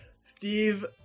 Steve